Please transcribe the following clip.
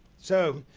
so,